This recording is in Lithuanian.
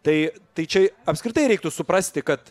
tai tai čia apskritai reiktų suprasti kad